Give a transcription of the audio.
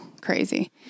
Crazy